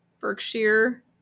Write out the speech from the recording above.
Berkshire